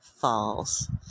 false